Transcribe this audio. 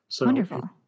Wonderful